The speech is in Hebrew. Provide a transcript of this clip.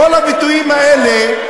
כל הביטויים האלה.